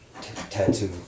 Tattoo